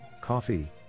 coffee